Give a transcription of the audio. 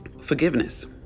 forgiveness